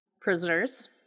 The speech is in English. prisoners